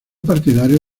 partidario